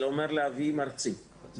להביא מרצים,